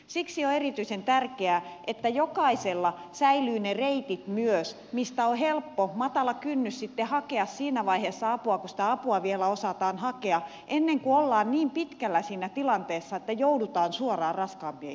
siksi on erityisen tärkeää että jokaisella säilyvät myös ne reitit mistä on helppo matala kynnys sitten hakea apua siinä vaiheessa kun sitä apua vielä osataan hakea ennen kuin ollaan niin pitkällä siinä tilanteessa että joudutaan suoraan raskaampien keinojen pariin